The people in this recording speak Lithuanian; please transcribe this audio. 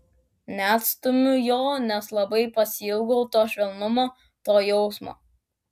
neatstumiu jo nes labai pasiilgau to švelnumo to jausmo